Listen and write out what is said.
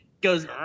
goes